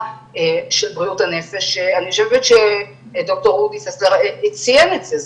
של בריאות הנפש שאני חושבת שד"ר אודי ססר ציין את זה,